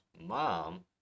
mom